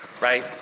right